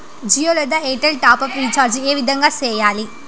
జియో లేదా Airtel top up recharge ఏ విధంగా సేయాలి